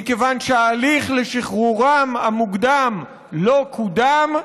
מכיוון שההליך לשחרורם המוקדם לא קודם,